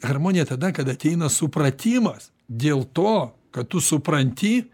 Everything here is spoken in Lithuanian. harmonija tada kada ateina supratimas dėl to kad tu supranti